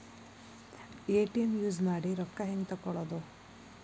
ATM use ಮಾಡಿ ರೊಕ್ಕ ಹೆಂಗೆ ತಕ್ಕೊಳೋದು?